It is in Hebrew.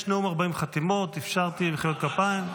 יש נאום 40 חתימות, אפשרתי מחיאות כפיים.